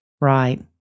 Right